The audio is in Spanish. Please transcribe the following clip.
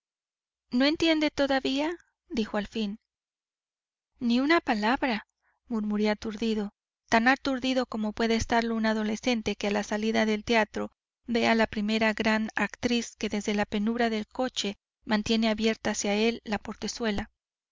no entiende todavía dijo al fin ni una palabra murmuré aturdido tan aturdido como puede estarlo un adolescente que a la salida del teatro ve a la primera gran actriz que desde la penumbra del coche mantiene abierta hacia él la portezuela